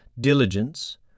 diligence